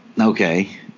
Okay